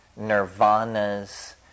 nirvanas